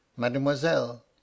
Mademoiselle